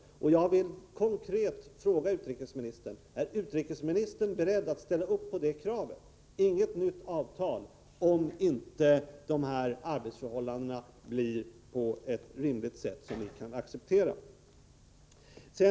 Jag vill konkret fråga utrikesministern: Är utrikesministern beredd att ställa upp på detta krav: inget nytt avtal om inte arbetsförhållandena blir rimliga, så att vi kan acceptera dem?